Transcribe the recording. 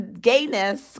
gayness